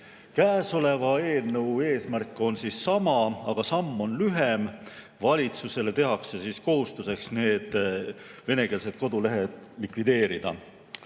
Käesoleva eelnõu eesmärk on sama, aga samm on lühem. Valitsusele tehakse kohustuseks venekeelsed kodulehed likvideerida.